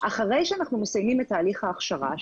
אחרי שאנחנו מסיימים את תהליך ההכשרה,